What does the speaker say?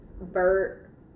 Bert